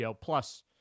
plus